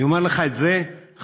אני אומר לך את זה חד-משמעית.